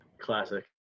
Classic